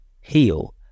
heal